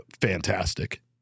Fantastic